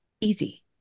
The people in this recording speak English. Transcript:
easy